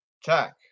Check